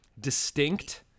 distinct